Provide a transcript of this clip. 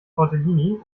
tortellini